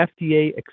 FDA